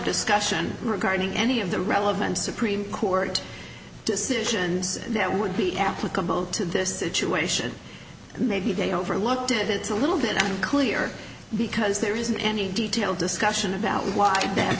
discussion regarding any of the relevant supreme court decisions that would be applicable to this situation maybe they overlooked it it's a little bit unclear because there isn't any detailed discussion about why that